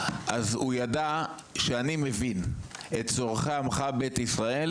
אז הוא ידע שאני מבין את צרכי עמך בית ישראל